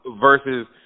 versus